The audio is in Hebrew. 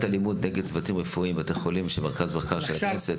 אלימות נגד צוותים רפואיים בבתי חולים של מרכז המחקר של הכנסת.